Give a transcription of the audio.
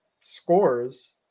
scores